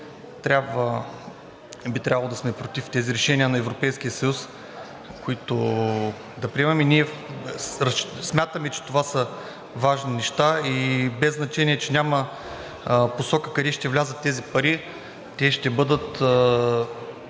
трябвало да сме против тези решения на Европейския съюз, които да приемаме. Ние смятаме, че това са важни неща, и без значение, че няма посока къде ще влязат тези пари, те ще бъдат